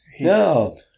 No